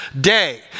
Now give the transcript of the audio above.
day